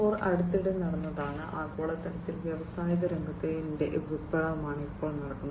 0 അടുത്തിടെ നടന്നതാണ് ആഗോളതലത്തിൽ വ്യവസായ രംഗത്തെ വിപ്ലവമാണ് ഇപ്പോൾ നടക്കുന്നത്